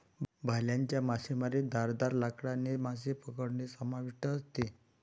भाल्याच्या मासेमारीत धारदार लाकडाने मासे पकडणे समाविष्ट असते